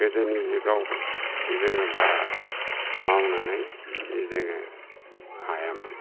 गोदोनि जुगाव जोङो बारा मावनानै जोङो हायामोन